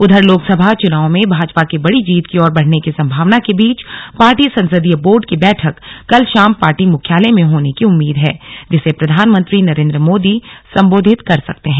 उधर लोकसभा चुनाव में भाजपा के बड़ी जीत की ओर बढ़ने की संभावना के बीच पार्टी संसदीय बोर्ड की बैठक कल शाम पार्टी मुख्यालय में होने की उम्मीद है जिसे प्रधानमंत्री नरेन्द्र मोदी संबोधित कर सकते हैं